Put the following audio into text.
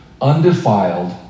undefiled